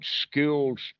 skills